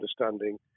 understanding